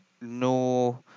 no